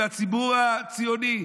מהציבור הציוני,